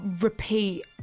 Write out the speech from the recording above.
repeat